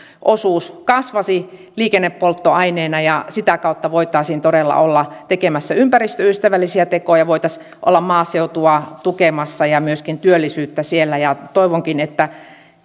osuus kasvaisi liikennepolttoaineena ja sitä kautta voisimme todella olla tekemässä ympäristöystävällisiä tekoja voisimme olla maaseutua ja myöskin työllisyyttä siellä tukemassa ja toivonkin että